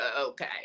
Okay